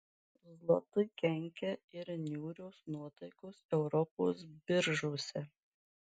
zlotui kenkia ir niūrios nuotaikos europos biržose